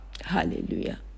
Hallelujah